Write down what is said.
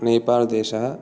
नेपाल्देशः